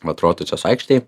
vat rotušės aikštėj